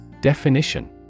Definition